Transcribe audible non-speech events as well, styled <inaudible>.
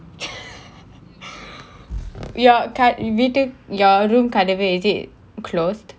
<laughs> your வீட்டு:veetu your room கதவு:kathavu is it closed